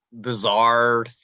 bizarre